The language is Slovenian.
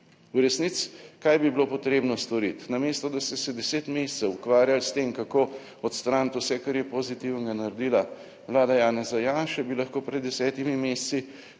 V resnici, kaj bi bilo potrebno storiti? Namesto, da ste se deset mesecev ukvarjali s tem kako odstraniti vse kar je pozitivnega naredila Vlada Janeza Janše, bi lahko pred desetimi meseci